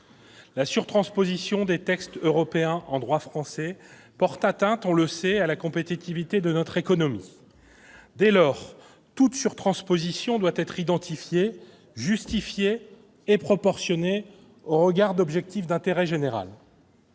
La sur-transposition des textes européens en droit français porte atteinte, on le sait, à la compétitivité de notre économie. Dès lors, toute sur-transposition doit être identifiée, justifiée et proportionnée au regard d'objectifs d'intérêt général.